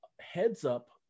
heads-up